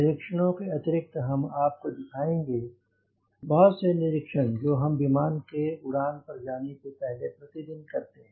निरीक्षणों के अतिरिक्त हम आपको दिखाएँगे बहुत से निरीक्षण जो हम विमान के उड़ान पर जाने के पहले प्रतिदिन करते हैं